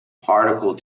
particle